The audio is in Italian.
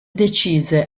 decise